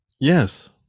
Yes